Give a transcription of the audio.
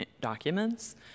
documents